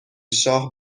شاه